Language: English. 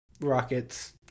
rockets